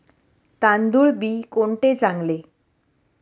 तांदूळ बी कोणते चांगले?